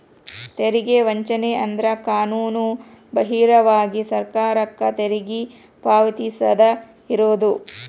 ತೆರಿಗೆ ವಂಚನೆ ಅಂದ್ರ ಕಾನೂನುಬಾಹಿರವಾಗಿ ಸರ್ಕಾರಕ್ಕ ತೆರಿಗಿ ಪಾವತಿಸದ ಇರುದು